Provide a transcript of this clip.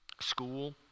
school